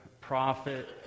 prophet